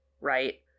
right